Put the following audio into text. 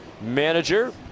Manager